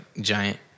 giant